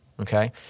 okay